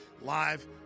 live